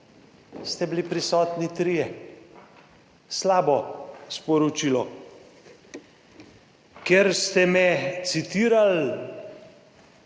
ste bili prisotni trije. Slabo sporočilo. Ker ste me citirali,